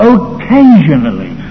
Occasionally